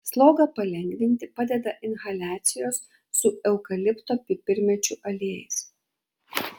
slogą palengvinti padeda inhaliacijos su eukalipto pipirmėčių aliejais